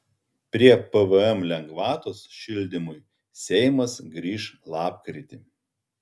prie pvm lengvatos šildymui seimas grįš lapkritį